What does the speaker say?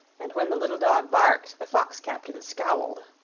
and when the little dog barked the fox-captain scowled.